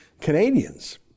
Canadians